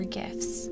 gifts